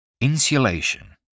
Insulation